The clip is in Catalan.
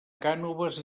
cànoves